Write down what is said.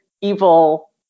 evil